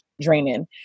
draining